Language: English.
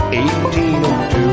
1802